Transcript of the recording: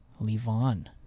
Levon